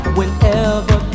Whenever